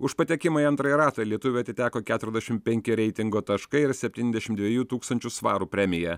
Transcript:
už patekimą į antrąjį ratą lietuviui atiteko keturiasdešim penki reitingo taškai ir septyndešim dviejų tūkstančių svarų premija